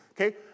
Okay